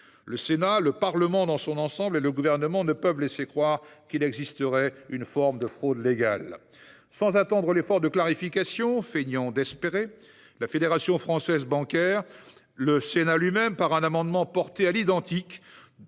Le Sénat, le Parlement dans son ensemble et le Gouvernement ne peuvent laisser croire qu'il existerait une forme de fraude légale. Sans attendre l'effort de clarification, feignant d'espérer, la Fédération française bancaire et le Sénat lui-même, par un amendement porté à l'identique